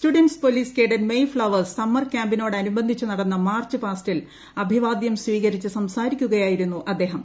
stew ഡൻറ്സ് police cadet May flowers summer ക്യാമ്പിനോട നുബന്ധിച്ച് നടന്ന മാർച്ച് പാസ്റ്റിൽ അഭിവാദ്യം സ്വീകരിച്ച് സംസാ രിക്കുകയായിരുന്നു അദ്ദേഹം